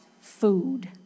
food